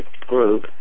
group